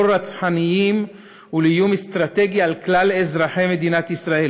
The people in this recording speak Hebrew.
רצחניים ולאיום אסטרטגי על כלל אזרחי מדינת ישראל,